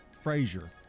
Frazier